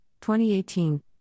2018